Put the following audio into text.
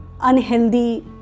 unhealthy